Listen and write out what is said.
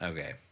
Okay